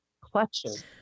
clutches